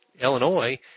Illinois